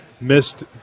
Missed